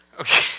Okay